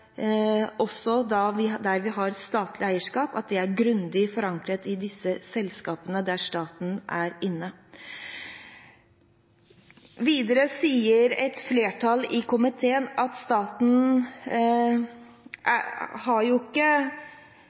også der vi har statlig eierskap, er grundig forankret i selskapene der staten er inne. Videre sier et flertall i komiteen at staten ikke har